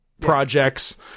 projects